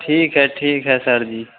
ठीक हइ ठीक हइ सरजी